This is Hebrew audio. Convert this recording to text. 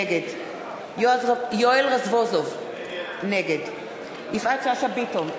נגד יואל רזבוזוב, נגד יפעת שאשא ביטון,